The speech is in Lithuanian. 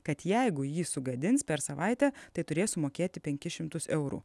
kad jeigu jį sugadins per savaitę tai turės sumokėti penkis šimtus eurų